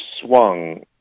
swung